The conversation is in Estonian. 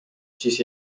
siis